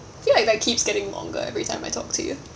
ya it like keeps getting longer everytime I talk to you